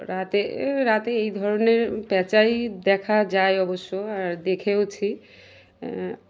রাতে রাতে এই ধরনের প্যাঁচাই দেখা যায় অবশ্য আর দেখেওছি